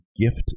Gift